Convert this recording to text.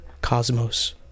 cosmos